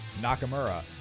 Nakamura